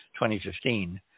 2015